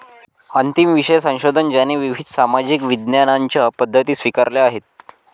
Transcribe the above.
अंतिम विषय संशोधन ज्याने विविध सामाजिक विज्ञानांच्या पद्धती स्वीकारल्या आहेत